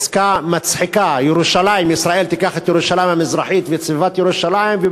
עסקה מצחיקה: ישראל תיקח את ירושלים המזרחית ואת סביבת ירושלים,